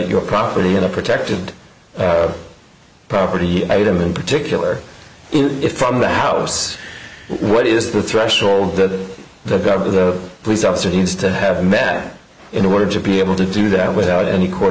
your property in a protected property item in particular in it from the house what is the threshold that the gov the police officer needs to have met in order to be able to do that without any court